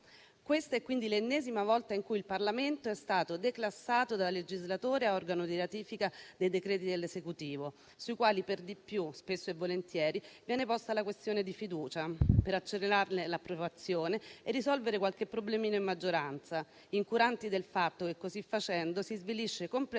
Questa è quindi l'ennesima volta in cui il Parlamento è stato declassato da legislatore a organo di ratifica dei decreti dell'Esecutivo, sui quali, per di più, spesso e volentieri viene posta la questione di fiducia, per accelerarne l'approvazione e risolvere qualche problemino in maggioranza, incuranti del fatto che, così facendo, si svilisce completamente